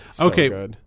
Okay